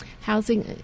housing